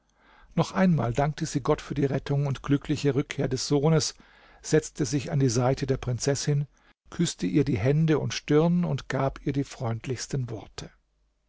noch einmal dankte sie gott für die rettung und glückliche rückkehr des sohnes setzte sich an die seite der prinzessin küßte ihr die hände und stirn und gab ihr die freundlichsten worte